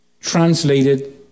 Translated